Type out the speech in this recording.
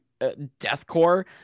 deathcore